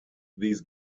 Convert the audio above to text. these